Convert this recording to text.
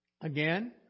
Again